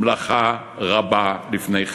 מלאכה רבה לפניכם.